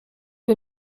que